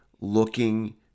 looking